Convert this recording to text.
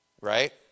right